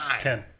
ten